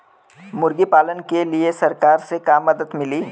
मुर्गी पालन के लीए सरकार से का मदद मिली?